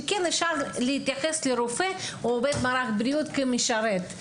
שכן אפשר להתייחס לרופא או עובד מערך הבריאות כמשרת,